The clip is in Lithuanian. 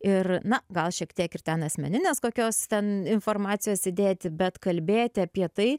ir na gal šiek tiek ir ten asmeninės kokios ten informacijos įdėti bet kalbėti apie tai